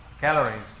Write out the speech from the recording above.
calories